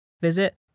visit